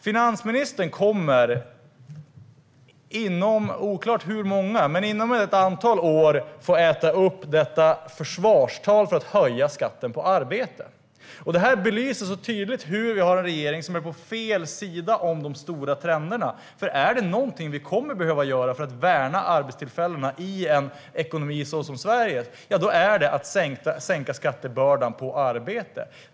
Finansministern kommer inom ett antal år - oklart hur många - att få äta upp detta försvarstal för att höja skatten på arbete. Det belyser så tydligt en regering som är på fel sida om de stora trenderna. Om det är något vi kommer att behöva göra för att värna arbetstillfällena i en ekonomi som Sveriges är det att sänka skattebördan på arbete.